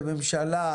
כממשלה,